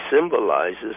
symbolizes